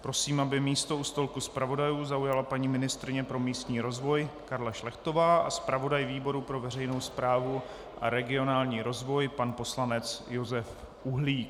Prosím, aby místo u stolku zpravodajů zaujala paní ministryně pro místní rozvoj Karla Šplechtová a zpravodaj výboru pro veřejnou správu a regionální rozvoj pan poslanec Josef Uhlík.